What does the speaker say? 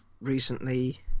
recently